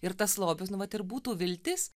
ir tas lobis nu vat ir būtų viltis